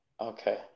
Okay